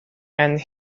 and